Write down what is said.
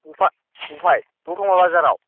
अफा अफाय दत'मा बाजाराव